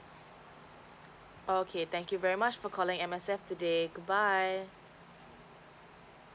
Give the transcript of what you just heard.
okay thank you very much for calling M_S_F today goodbye